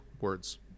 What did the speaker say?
Words